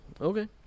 okay